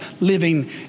living